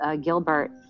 Gilbert